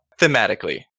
thematically